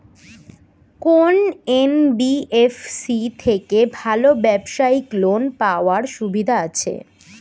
কোন এন.বি.এফ.সি থেকে ভালো ব্যবসায়িক লোন পাওয়ার সুবিধা আছে?